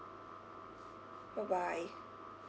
bye bye